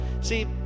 See